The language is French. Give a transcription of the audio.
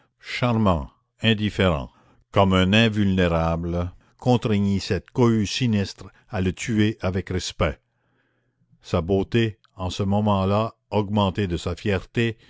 charmant indifférent comme un invulnérable contraignît cette cohue sinistre à le tuer avec respect sa beauté en ce moment-là augmentée de sa fierté